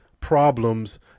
Problems